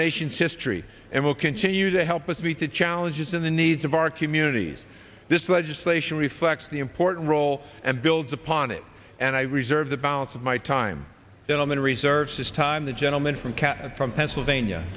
nation's history and will continue to help us meet the challenges of the needs of our communities this legislation reflects the important role and builds upon it and i reserve the balance of my time that all men research this time the gentleman from kathy from pennsylvania